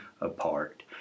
apart